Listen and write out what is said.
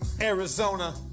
Arizona